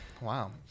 Wow